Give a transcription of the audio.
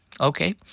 Okay